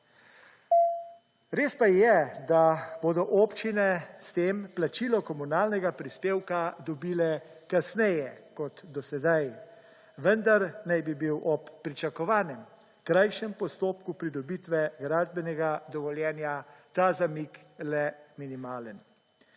Res pa je, da bodo občin s tem plačilo komunalnega prispevka dobile kasneje kot do sedaj, vendar naj bi bil ob pričakovanem krajšem postopku pridobitve gradbenega dovoljenja ta zamik le minimalen.